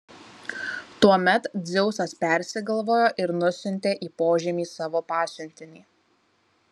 tuomet dzeusas persigalvojo ir nusiuntė į požemį savo pasiuntinį